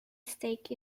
stake